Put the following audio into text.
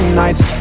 nights